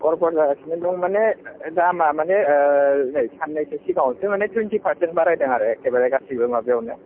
गरबर जागासिनो दं माने दामा माने ओ नै साननैसो सिगाङावसो माने टुवेन्टि पार्सेन्ट बारायदों आरो एकेबारे गासिबो माबायावनो